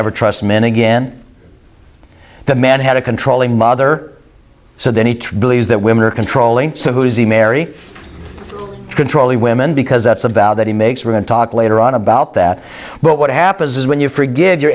never trust men again the man had a controlling mother so then he believes that women are controlling so who is the marry control the women because that's about that he makes women talk later on about that but what happens is when you forgive you're